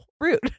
rude